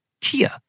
Kia